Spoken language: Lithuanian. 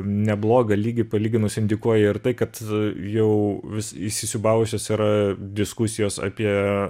neblogą lygį palyginus indikuoja ir tai kad jau vis įsisiūbavusios yra diskusijos apie